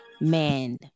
man